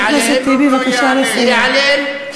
לא ייעלם.